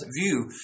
view